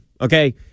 Okay